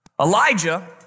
Elijah